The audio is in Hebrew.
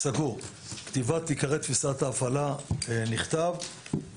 כתיבת עיקרי תפיסת ההפעלה נכתב,